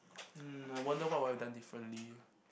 mm I wonder what would I have done differently